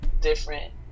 different